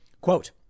Quote